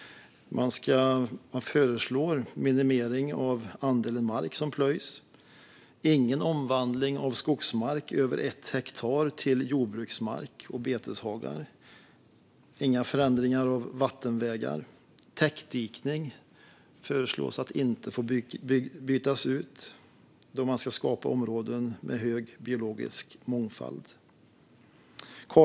Man föreslår en minimering av andelen mark som plöjs. Det får inte ske någon omvandling av skogsmark över ett hektar till jordbruksmark och beteshagar. Det får inte ske några förändringar av vattenvägar. Det finns förslag om att man inte ska få byta ut täckdikning när områden med hög biologisk mångfald ska skapas.